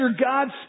God's